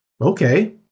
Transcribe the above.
Okay